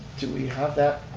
do we have that?